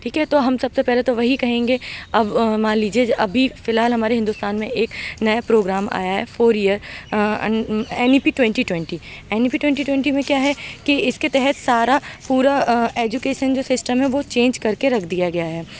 ٹھیک ہے تو ہم سب سے پہلے تو وہی کہیں گے اب مان لیجیے ابھی فی الحال ہمارے ہندوستان میں ایک نیا پروگرام آیا ہے four year N E P twenty twenty N E P twenty twenty میں کیا ہے کہ اِس کے تحت سارا پورا ایجوکیسن جو سسٹم ہے وہ چینج کر کے رکھ دیا گیا ہے